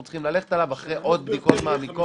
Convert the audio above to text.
צריכים ללכת עליו אחרי עוד בדיקות מעמיקות.